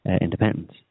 independence